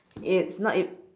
it's not ev~